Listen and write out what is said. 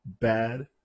bad